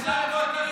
ביטון, עכשיו לא צריך,